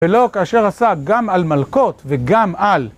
ולא כאשר עשה גם על מלכות וגם על..